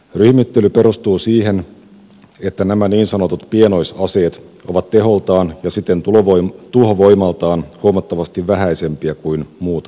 ryhmittely perustuu siihen että nämä niin sanotut pienoisaseet ovat teholtaan ja siten tuhovoimaltaan huomattavasti vähäisempiä kuin muut ampuma aseet